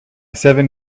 seven